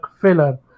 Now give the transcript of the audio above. filler